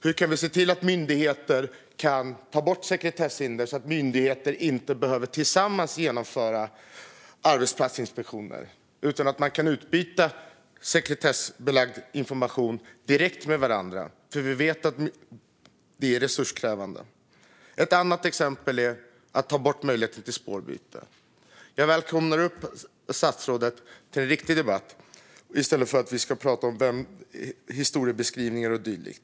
Hur kan vi se till att myndigheter kan ta bort sekretesshinder så att de inte behöver genomföra arbetsplatsinspektioner tillsammans utan kan utbyta sekretessbelagd information direkt med varandra? Vi vet ju att det är resurskrävande. Ett annat exempel är att ta bort möjligheten till spårbyte. Jag välkomnar statsrådet till en riktig debatt i stället för att vi ska prata historiebeskrivningar och dylikt.